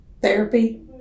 therapy